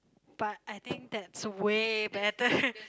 but I think that's way better